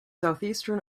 southeastern